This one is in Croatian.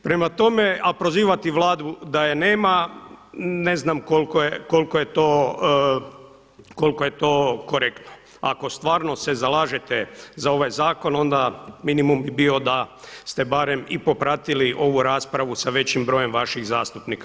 Prema tome, a prozivati Vladu da je nema, ne znam koliko je to korektno, ako stvarno se zalažete za ovaj zakon onda minimum bi bio da ste barem i popratili ovu raspravu sa većim brojem vaših zastupnika.